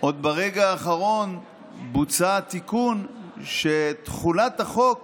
עוד ברגע האחרון בוצע תיקון שתחולת החוק